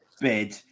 bid